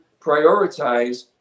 prioritize